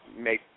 make